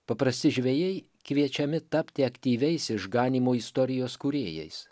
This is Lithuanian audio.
paprasti žvejai kviečiami tapti aktyviais išganymo istorijos kūrėjais